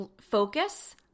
focus